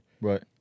Right